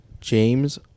James